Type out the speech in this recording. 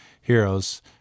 heroes